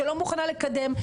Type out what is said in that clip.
שלא מוכנה לקדם,